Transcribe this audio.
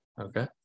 Okay